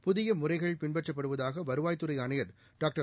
புதிய முறைகள் பின்பற்றப்படுவதாக வருவாய்த்துறை ஆணையா் டாக்டா்